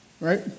right